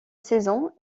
saisons